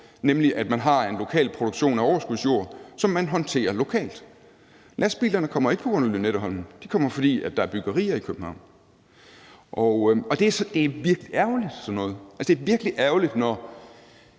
nemlig at man har en lokal produktion af overskudsjord, som man håndterer lokalt. Lastbilerne kommer ikke på grund af Lynetteholmen, de kommer, fordi der er byggerier i København. Og sådan noget er virkelig ærgerligt, altså, det er virkelig ærgerligt, når